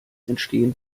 entstehen